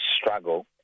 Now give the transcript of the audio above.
struggle